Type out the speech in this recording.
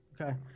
Okay